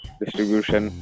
distribution